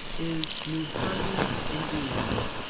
is new harmony, indiana.